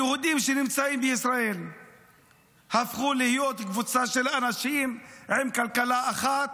היהודים שנמצאים בישראל הפכו להיות קבוצה של אנשים עם כלכלה אחת,